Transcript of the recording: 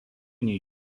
nei